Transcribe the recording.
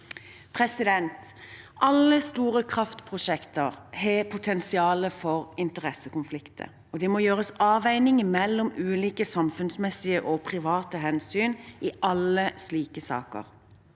tiltak. Alle store kraftprosjekter har potensial for interessekonflikter, og det må gjøres avveininger mellom ulike samfunnsmessige og private hensyn i alle slike saker.